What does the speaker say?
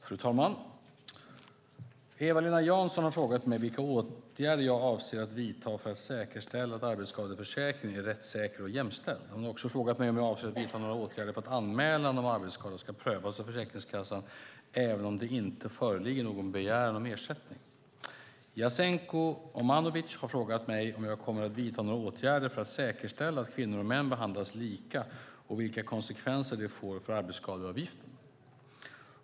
Fru talman! Eva-Lena Jansson har frågat mig vilka åtgärder jag avser att vidta för att säkerställa att arbetsskadeförsäkringen är rättssäker och jämställd. Hon har också frågat mig om jag avser att vidta några åtgärder för att anmälan om arbetsskada ska prövas av Försäkringskassan även om det inte föreligger någon begäran om ersättning. Jasenko Omanovic har frågat mig om jag kommer att vidta några åtgärder för att säkerställa att kvinnor och män behandlas lika och vilka konsekvenser det får för arbetsskadeavgiften.